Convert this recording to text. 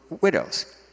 widows